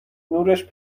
نورش